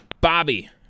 Bobby